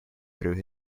through